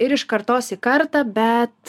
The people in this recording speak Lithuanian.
ir iš kartos į kartą bet